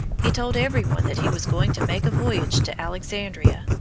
he told every one that he was going to make a voyage to alexandria,